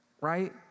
right